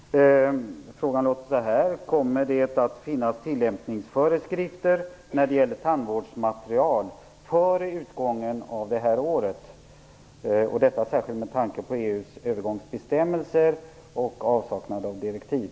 Fru talman! Jag skulle vilja ställa följande fråga till Anna Hedborg: Kommer det att finnas tillämpningsföreskrifter när det gäller tandvårdsmaterial före utgången av det här året? Jag frågar detta med tanke på EU:s övergångsbestämmelser och avsaknaden av direktiv.